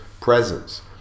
presence